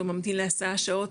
או ממתין להסעה שעות,